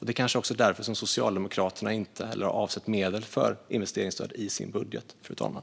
Det kanske är därför som Socialdemokraterna inte heller har avsatt medel för investeringsstöd i sin budget, fru talman.